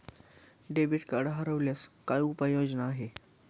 Debit card हरवल्यास काय उपाय योजना आहेत?